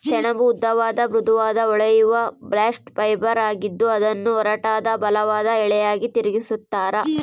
ಸೆಣಬು ಉದ್ದವಾದ ಮೃದುವಾದ ಹೊಳೆಯುವ ಬಾಸ್ಟ್ ಫೈಬರ್ ಆಗಿದ್ದು ಅದನ್ನು ಒರಟಾದ ಬಲವಾದ ಎಳೆಗಳಾಗಿ ತಿರುಗಿಸ್ತರ